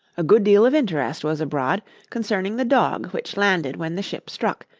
a good deal of interest was abroad concerning the dog which landed when the ship struck,